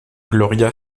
gloria